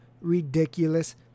ridiculous